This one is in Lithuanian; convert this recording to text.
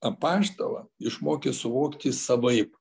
apaštalą išmokė suvokti savaip